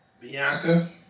Bianca